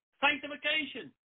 sanctification